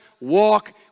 Walk